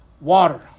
water